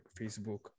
Facebook